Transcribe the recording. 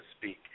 speak